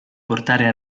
portare